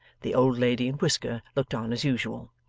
the old lady and whisker looked on as usual.